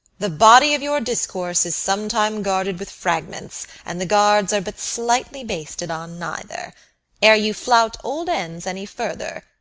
the body of your discourse is sometime guarded with fragments, and the guards are but slightly basted on neither ere you flout old ends any further,